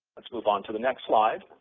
let's move on to the next slide.